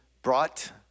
brought